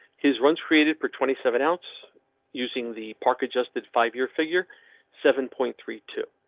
his runs created for twenty seven ounce using the park adjusted five year figure seven point three two.